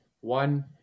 One